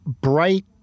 bright